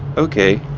okay,